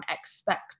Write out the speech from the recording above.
expect